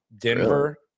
Denver